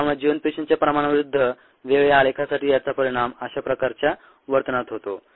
त्यामुळे जिवंत पेशींच्या प्रमाणा विरुद्ध वेळ या आलेखासाठी याचा परिणाम अशा प्रकारच्या वर्तनात होतो